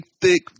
thick